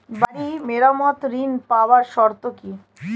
বাড়ি মেরামত ঋন পাবার শর্ত কি?